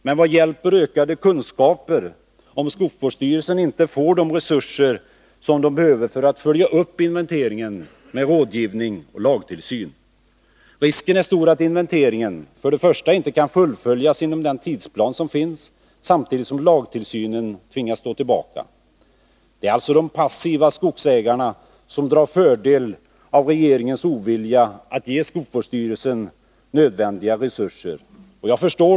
Men vad hjälper ökade kunskaper, om skogsvårdsstyrelsen inte får de resurser som den behöver för att följa upp inventeringen med rådgivning och lagtillsyn? Risken är stor att inventeringen inte kan fullföljas inom den tidsplan som finns, samtidigt som lagtillsynen tvingas stå tillbaka. Det är alltså de passiva skogsägarna som drar fördel av regeringens ovilja att ge skogsvårdsstyrelsen nödvändiga resurser. Jag förstår.